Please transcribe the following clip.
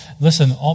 listen